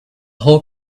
whole